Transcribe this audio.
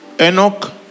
Enoch